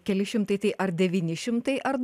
keli šimtai tai ar devyni šimtai ar du